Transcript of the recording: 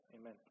Amen